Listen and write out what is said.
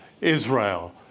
Israel